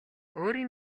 өөрийн